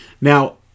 Now